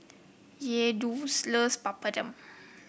Yehuda loves Papadum